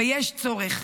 ויש צורך.